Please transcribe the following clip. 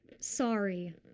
Sorry